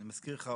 אני מזכיר לך,